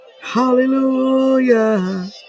Hallelujah